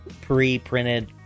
pre-printed